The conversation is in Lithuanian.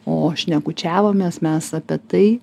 o šnekučiavomės mes apie tai